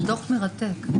דוח מרתק.